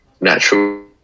natural